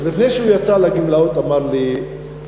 ולפני שהוא יצא לגמלאות הוא אמר לי משפט,